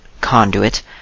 conduit